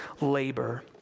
labor